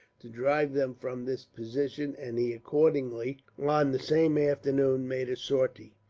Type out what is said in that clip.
to drive them from this position, and he accordingly, on the same afternoon, made a sortie.